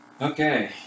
Okay